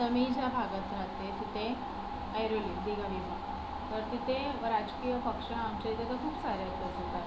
तर मी ज्या भागात राहते तिथे ऐरोली दिघा देवी तर तिथे राजकीय पक्ष आमच्या इथे तर खूप सारे आहे तसं तर